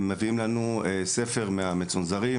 לימוד הם מביאים לנו את אחד מהספרים המצונזרים.